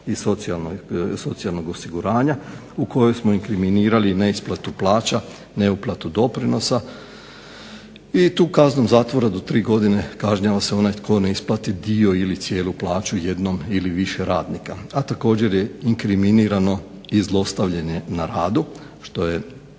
i socijalnog osiguranja u kojoj smo inkriminirali neisplatu plaća, neuplatu doprinosa i tu kaznom zatvora do 3 godina kažnjava se onaj tko ne isplati dio ili cijelu plaću jednom ili više radnika. A također je inkriminirano i zlostavljanje na radu što je